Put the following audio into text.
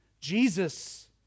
Jesus